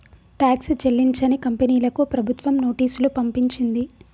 tax చెల్లించని కంపెనీలకు ప్రభుత్వం నోటీసులు పంపించింది